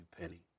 Penny